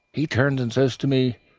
he turns and says to me,